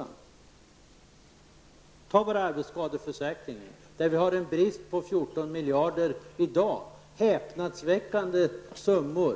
Inom t.ex. arbetsskadeförsäkringen finns det i dag en brist på 14 miljarder kronor. Det är en häpnadsväckande summa. Och